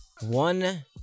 One